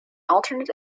alternate